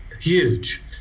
huge